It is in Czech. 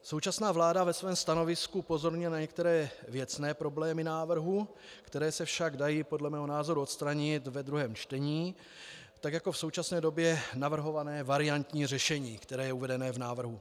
Současná vláda ve svém stanovisku upozorňuje na některé věcné problémy návrhu, které se však dají podle mého názoru odstranit ve druhém čtení, tak jako v současné době navrhované variantní řešení, které je uvedeno v návrhu.